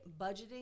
budgeting